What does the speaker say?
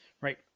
Right